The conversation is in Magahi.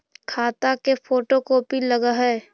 खाता के फोटो कोपी लगहै?